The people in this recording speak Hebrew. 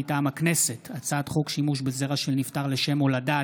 מטעם הכנסת: הצעת חוק שימוש בזרע של נפטר לשם הולדה,